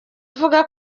avuga